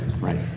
right